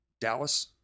Dallas